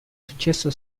successo